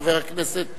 חבר הכנסת חנין,